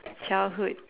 childhood